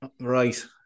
Right